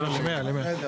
הנושא